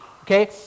okay